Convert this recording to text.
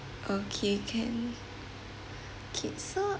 okay can okay so